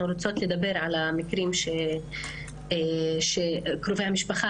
רוצות לדבר על המקרים שקרובי המשפחה,